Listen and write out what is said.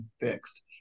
fixed